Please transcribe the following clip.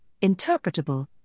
interpretable